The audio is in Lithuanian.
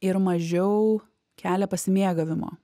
ir mažiau kelia pasimėgavimo